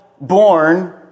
born